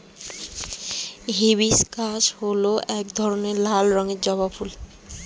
hibiscus হল এক ধরনের লাল রঙের জবা ফুল